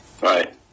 Right